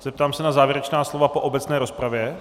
Zeptám se na závěrečná slova po obecné rozpravě.